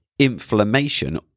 Inflammation